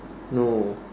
no